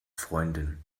freundin